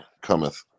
Cometh